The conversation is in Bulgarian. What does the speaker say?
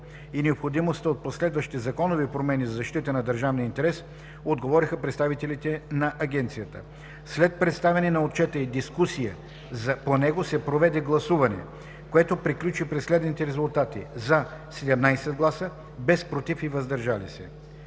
и необходимостта от последващи законови промени за защита на държавния интерес, отговориха представителите на Агенцията. След представяне на Отчета и дискусия по него се проведе гласуване, което приключи при следните резултати: „за“ – 17 гласа, без „против“ и „въздържали се“.